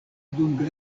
dum